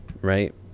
Right